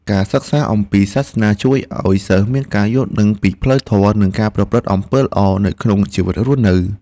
ការសិក្សាអំពីសាសនាជួយឱ្យសិស្សមានការយល់ដឹងពីផ្លូវធម៌និងការប្រព្រឹត្តអំពើល្អនៅក្នុងជីវិតរស់នៅ។